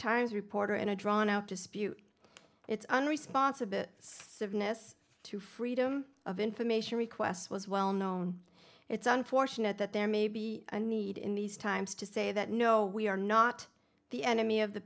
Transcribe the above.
times reporter in a drawn out dispute its unresponsible cygnus to freedom of information requests was well known it's unfortunate that there may be a need in these times to say that no we are not the enemy of the